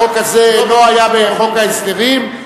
החוק הזה לא היה בחוק ההסדרים,